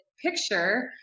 picture